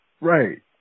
Right